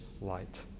light